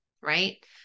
right